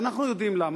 ואנחנו יודעים למה.